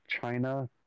China